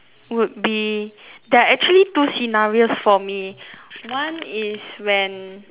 would be there are actually two scenarios for me one is when